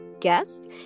guest